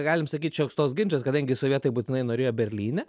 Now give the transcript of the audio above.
galim sakyt šioks toks ginčas kadangi sovietai būtinai norėjo berlyne